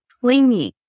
clinging